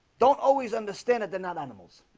don't always understand it. they're not animals